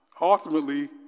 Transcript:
Ultimately